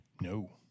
No